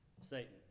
Satan